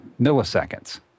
milliseconds